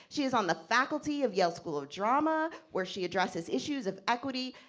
she is on the faculty of yale school of drama, where she addresses issues of equity,